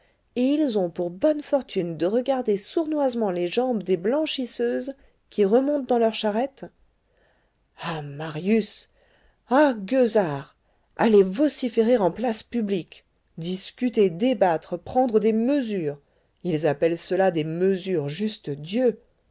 et ils ont pour bonne fortune de regarder sournoisement les jambes des blanchisseuses qui remontent dans leurs charrettes ah marius ah gueusard aller vociférer en place publique discuter débattre prendre des mesures ils appellent cela des mesures justes dieux